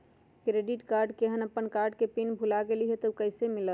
Credit card केहन अपन card के पिन भुला गेलि ह त उ कईसे मिलत?